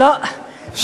לא נתתי הזדמנות.